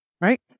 Right